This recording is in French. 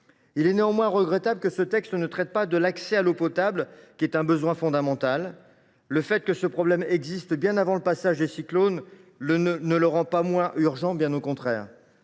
Il est néanmoins regrettable que ce texte ne traite pas de l’accès à l’eau potable, qui est un besoin fondamental. Le fait que ce problème existait bien avant le passage des derniers cyclones ne le rend pas moins urgent, bien au contraire.